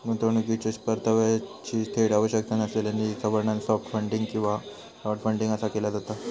गुंतवणुकीच्यो परताव्याची थेट आवश्यकता नसलेल्या निधीचा वर्णन सॉफ्ट फंडिंग किंवा क्राऊडफंडिंग असा केला जाता